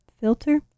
Filter